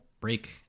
break